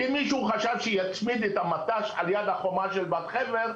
כי מישהו חשב שיצמיד את המט"ש ליד החומה של בת חפר,